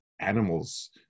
animals